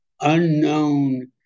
unknown